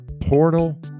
portal